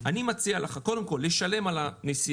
אני מציע לך קודם כול לשלם על הנסיעה.